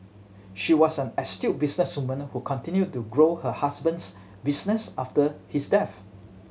she was an astute businesswoman who continued to grow her husband's business after his death